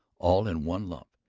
all in one lump!